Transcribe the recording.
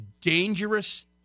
dangerous